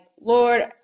Lord